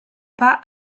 pas